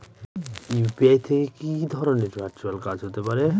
UPI থেকে কি ধরণের ভার্চুয়াল কাজ হতে পারে?